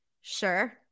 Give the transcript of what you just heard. Sure